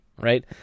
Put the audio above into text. right